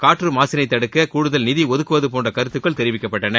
காற்று மாசினை தடுக்க கூடுதல் நிதி ஒதுக்குவது போன்ற கருத்துக்கள் தெரிவிக்கப்பட்டன